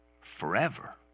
forever